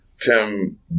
Tim